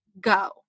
go